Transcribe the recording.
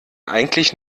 eigentlich